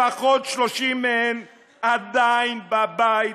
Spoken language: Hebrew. לפחות 30 מהן עדיין בבית,